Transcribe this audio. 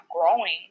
growing